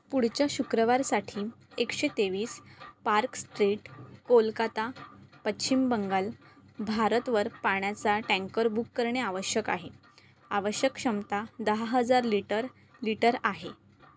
पुढच्या शुक्रवारसाठी एकशे तेवीस पार्क स्ट्रीट कोलकाता पश्चिम बंगाल भारतवर पाण्याचा टँकर बुक करणे आवश्यक आहे आवश्यक क्षमता दहा हजार लिटर लिटर आहे